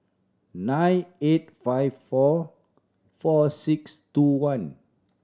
nine eight five four four six two one